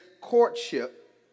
courtship